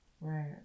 right